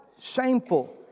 Shameful